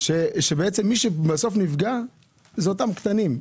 שמי שבסוף נפגע זה אותם קטנים.